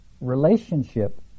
relationship